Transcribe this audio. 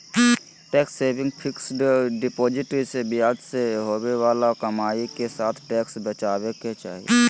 tax saving fixed deposit से ब्याज से होवे बाला कमाई के साथ टैक्स बचाबे के चाही